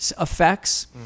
effects